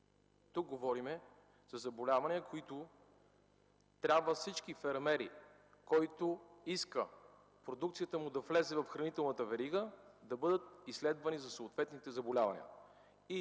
тук говорим за заболявания, за които трябва всички фермери, които искат продукцията им да влезе в хранителната верига, да бъдат изследвани за съответните заболявания.